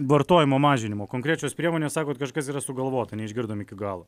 vartojimo mažinimo konkrečios priemonės sakot kažkas yra sugalvota neišgirdom iki galo